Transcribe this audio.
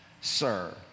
sir